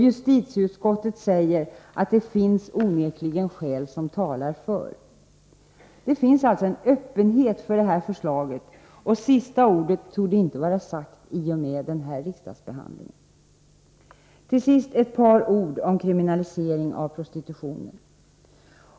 Justitieutskottet säger att ”det finns onekligen skäl som talar för”. Det finns alltså en öppenhet för det här förslaget, och sista ordet torde inte vara sagt i och med den här riksdagsbehandlingen. : Till sist ett par ord om kriminalisering av prostitutionen.